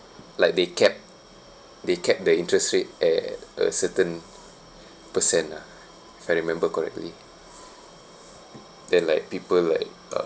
like they capped they capped the interest rate at a certain percent lah if I remember correctly then like people like uh